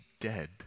dead